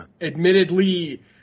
admittedly